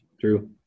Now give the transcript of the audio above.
True